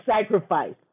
sacrifice